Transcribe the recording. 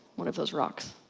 one of those rocks.